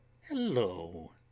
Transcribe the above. Hello